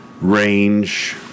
range